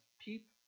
peep